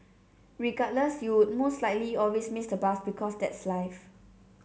regardless you'd most likely always miss the bus because that's life